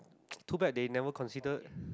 too bad they never consider